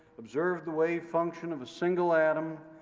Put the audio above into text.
observed the wave function of a single atom,